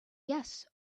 yes